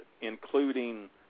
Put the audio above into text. including